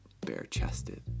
bare-chested